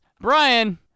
Brian